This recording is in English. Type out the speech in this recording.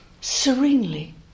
serenely